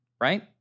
right